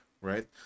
right